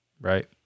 right